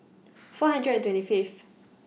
four hundred and twenty Fifth